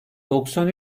doksan